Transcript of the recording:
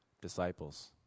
disciples